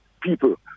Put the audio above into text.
people